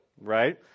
right